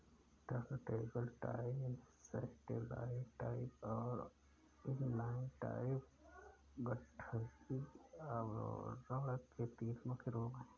turntable type, satellite type और inline type गठरी आवरण के तीन मुख्य रूप है